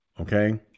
okay